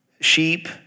sheep